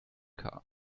car